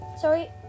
sorry